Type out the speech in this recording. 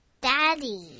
Daddy